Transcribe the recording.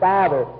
Father